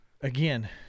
again